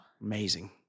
Amazing